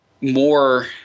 more –